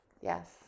Yes